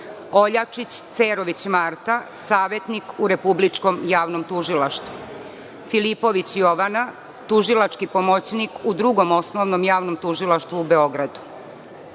Oljačić Cerović Marta, savetnik u Republičkom javnom tužilaštvu, Filipović Jovana, tužilački pomoćniku Drugom osnovnom javnom tužilaštvu u Beogradu.Za